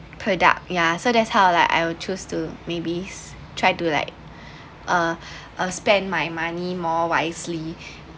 product ya so that's how like I would choose to maybe s~ try to like uh uh spend my money more wisely